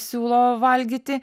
siūlo valgyti